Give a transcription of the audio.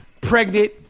pregnant